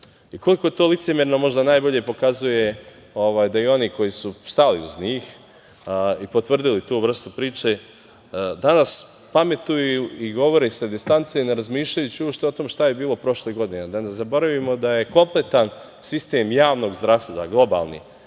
Koliko je to licemerno možda najbolje pokazuje da i oni koji su stali uz njih i potvrdili tu vrstu priče danas pametuju i govore sa distance, ne razmišljajući uopšte o tom šta je bilo prošle godine. Da ne zaboravimo da je kompletan sistem javnog zdravstva, globalni,